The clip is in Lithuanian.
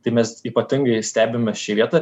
tai mes ypatingai stebime šią vietą